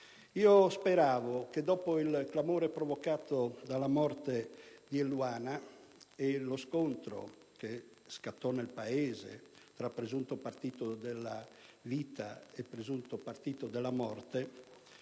Speravo che, dopo il clamore provocato dalla morte di Eluana e lo scontro che si avviò nel Paese tra presunto partito della vita e presunto partito della morte,